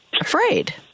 afraid